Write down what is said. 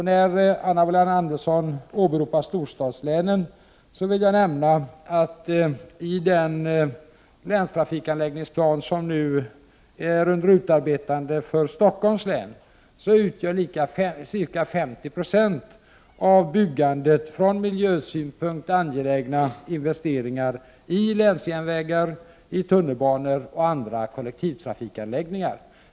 Eftersom Anna Wohlin-Andersson åberopade storstadslänen vill jag nämna att ca 50 96 av projekten i den länstrafikanläggningsplan som nu är under utarbetande för Stockholms län utgör från miljösynpunkt angelägna investeringar i länsjärnvägar, i tunnelbanor och andra kollektivtrafikanläggningar.